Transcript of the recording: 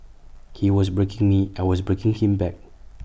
he was breaking me I was breaking him back